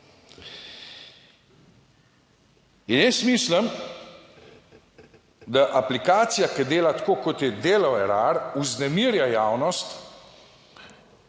In jaz mislim, da aplikacija, ki dela tako kot je delal Erar, vznemirja javnost